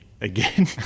again